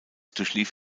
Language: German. durchlief